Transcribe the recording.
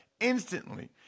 instantly